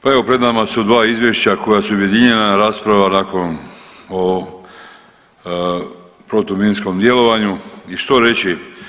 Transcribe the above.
Pa evo pred nama su dva izvješća koja su objedinjena rasprava o ovom protuminskom djelovanju i što reći?